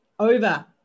over